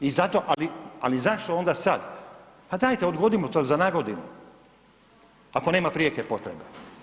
Ali zašto onda sad, pa dajte odgodimo to za nagodinu ako nema prijeke potrebe.